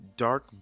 dark